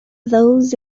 those